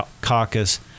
caucus